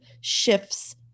shifts